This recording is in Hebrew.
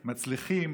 מצליחים,